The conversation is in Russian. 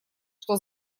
что